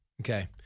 Okay